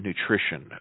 nutrition